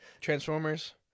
Transformers